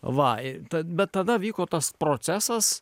va ir ta bet tada vyko tas procesas